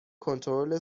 کنترل